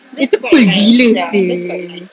itu cool gila seh